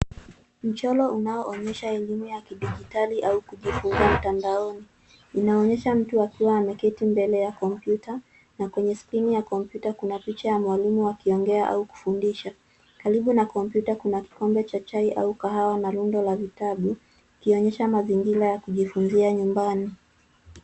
Mchoro unaoonyesha elimu ya kidijitali au kujifunza mtandaoni. Inaonyesha mtu akiwa ameketi mbele ya kompyuta na kwenye skrini ya kompyuta kuna picha ya mwalimu akiongea au kufundisha. Karibu na kompyuta kuna kikombe cha chai au kahawa na rundo la vitabu ikionyesha mazingira ya kujifunzia ya nyumbani.